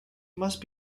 must